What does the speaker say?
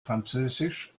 französisch